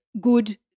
good